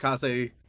Kase